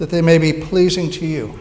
that they may be pleasing to you